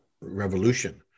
Revolution